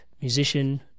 musician